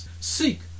Seek